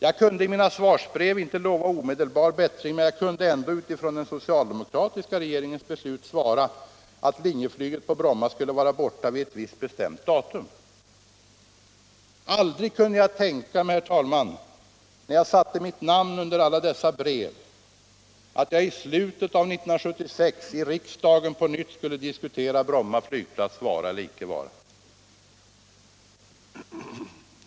Jag kunde i mina svarsbrev inte lova omedelbar bättring, men jag kunde ändå utifrån den socialdemokratiska regeringens beslut svara, att linjeflyget på Bromma skulle vara borta vid ett visst bestämt datum. Aldrig kunde jag tänka mig, herr talman, när Bibehållande av Bromma flygplats Bromma flygplats jag satte mitt namn under alla dessa brev, att jag i slutet av 1976 i riksdagen på nytt skulle diskutera Bromma flygplats vara eller icke vara.